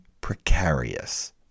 precarious